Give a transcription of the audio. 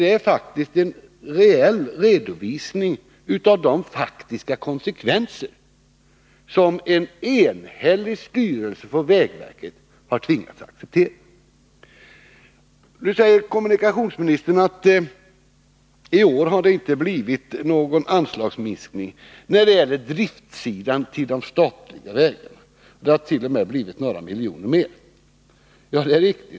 Det är ju en reell redovisning av de faktiska konsekvenser som en enhällig styrelse för vägverket har tvingats acceptera. Nu säger kommunikationsministern att det i år inte blir någon anslagsminskning på driftsidan när det gäller de statliga vägarna — det har t.o.m. blivit några miljoner mer. Ja, det är riktigt.